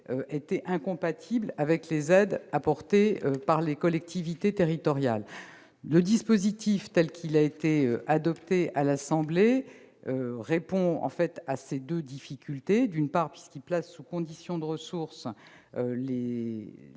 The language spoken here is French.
était incompatible avec les aides apportées par les collectivités territoriales. Le dispositif, tel qu'il a été adopté à l'Assemblée nationale, répond à ces deux difficultés. D'une part, il place sous conditions de ressources les primes